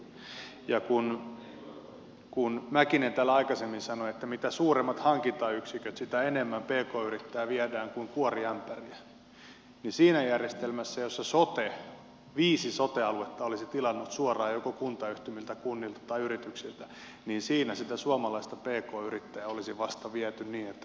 ja kun mäkinen täällä aikaisemmin sanoi että mitä suuremmat hankintayksiköt sitä enemmän pk yrittäjää viedään kuin kuoriämpäriä niin siinä järjestelmässä jossa sote viisi sote aluetta olisi tilannut suoraan joko kuntayhtymiltä kunnilta tai yrityksiltä siinä sitä suomalaista pk yrittäjää olisi vasta viety niin että tuntuu